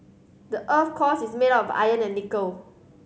the earth core is made of iron and nickel